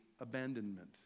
abandonment